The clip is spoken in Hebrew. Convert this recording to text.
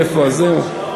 איפה הזה?